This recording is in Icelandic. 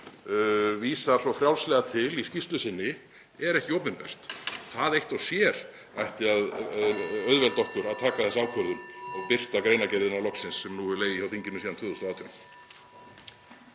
vísar svo frjálslega til í skýrslu sinni er ekki opinbert. Það eitt og sér ætti að auðvelda okkur (Forseti hringir.) að taka þessa ákvörðun, að birta greinargerðina loksins sem nú hefur legið hjá þinginu síðan 2018.